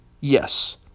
Yes